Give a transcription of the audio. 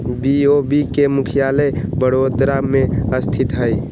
BOB के मुख्यालय बड़ोदरा में स्थित हइ